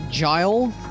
Gile